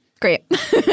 great